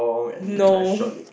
no